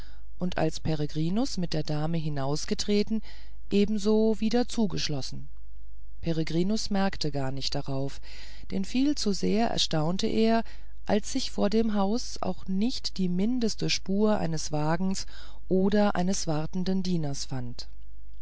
und als peregrinus mit der dame hinausgetreten ebenso wieder zugeschlossen peregrinus merkte gar nicht darauf denn viel zu sehr erstaunte er als sich vor dem hause auch nicht die mindeste spur eines wagens oder eines wartenden dieners fand